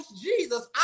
Jesus